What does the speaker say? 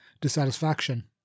dissatisfaction